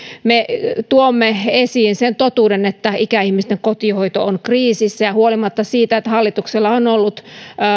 me tuomme esiin sen totuuden että ikäihmisten kotihoito on kriisissä ja huolimatta siitä että hallituksella on ollut